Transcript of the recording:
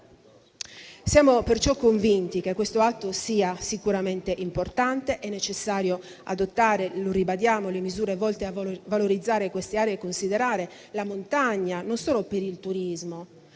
Siamo perciò convinti che questo atto sia sicuramente importante. È necessario adottare - lo ribadiamo - misure volte a valorizzare queste aree e considerare la montagna non solo per il turismo,